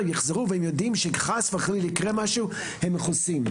וחוזרים ממנו שאם חס וחלילה יקרה משהו הן יהיו מכוסות.